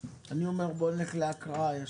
אני אומר בוא נלך להקראה ישר,